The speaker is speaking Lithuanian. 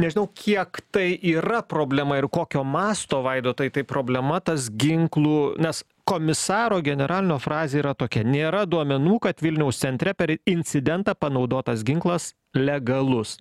nežinau kiek tai yra problema ir kokio masto vaidotai tai problema tas ginklų nes komisaro generalinio frazė yra tokia nėra duomenų kad vilniaus centre per incidentą panaudotas ginklas legalus